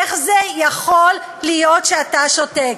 איך זה יכול להיות שאתה שותק?